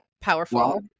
powerful